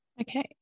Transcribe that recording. Okay